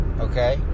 okay